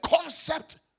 concept